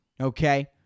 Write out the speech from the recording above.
Okay